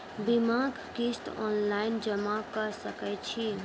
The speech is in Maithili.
बीमाक किस्त ऑनलाइन जमा कॅ सकै छी?